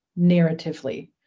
narratively